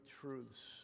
truths